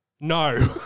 no